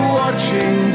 watching